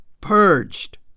purged